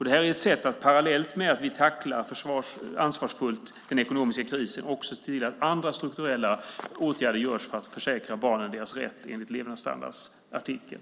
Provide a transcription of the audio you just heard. Det är ett sätt att, parallellt med att vi ansvarsfullt tacklar den ekonomiska krisen, se till att andra strukturella åtgärder görs för att försäkra barnen deras rätt enligt levnadsstandardsartikeln.